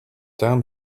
down